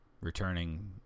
Returning